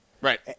Right